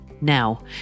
Now